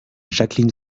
jacqueline